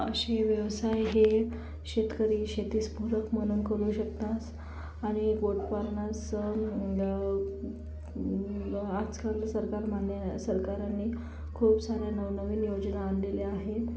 असे व्यवसाय हे शेतकरी शेतीस पूरक म्हणून करू शकतास आणि गोटफार्मर्स हाच खरं सरकारमान्य सरकारने खूप साऱ्या नवनवीन योजना आणलेल्या आहेत